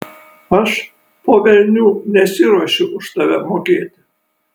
aš po velnių nesiruošiu už tave mokėti